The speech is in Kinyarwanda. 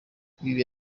ibi